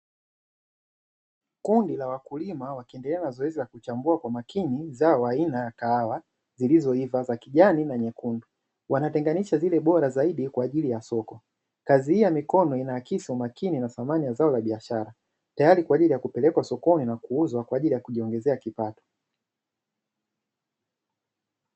Kundi la wakulima wakiendelea na zoezi la kuchambua kwa makini, zao aina ya kahawa zilizo iva za kijani na nyekundu. Wanatenganisha zile bora zaidi kwa ajili ya soko , kazi hii ya mikono inaakisi umakini na thamani ya zao la biashara, tayari kwa ajili ya kupelekwa sokoni na kuuzwa kwa ajili ya kujiongezea kipato.